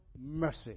mercy